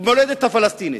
במולדת הפלסטינית.